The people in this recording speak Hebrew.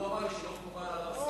לי שהוא לא היה מוכן לסיכום הזה.